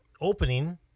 opening